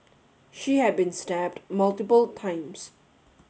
she had been stabbed multiple times